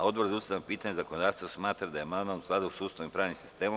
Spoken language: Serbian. Odbor za ustavna pitanja i zakonodavstvo smatra da je amandman u skladu sa Ustavom i pravnim sistemom.